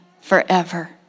forever